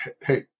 hey